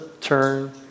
turn